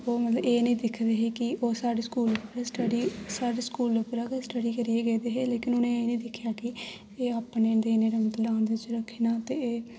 ओह् मतलब एह् नि दिक्खदे हे कि ओह् साढ़ै स्कूल उप्पर स्टडी साढ़ै स्कूल उप्परा गै स्टडी करियै गेदे हे लेकिन उ'नें एह् नि दिक्खेआ कि एह् अपने न ते इ'नेंगी मतलब डान्स च रक्खना ते एह्